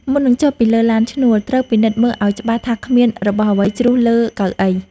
មុននឹងចុះពីលើឡានឈ្នួល ត្រូវពិនិត្យមើលឱ្យច្បាស់ថាគ្មានរបស់អ្វីជ្រុះលើកៅអី។